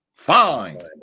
Fine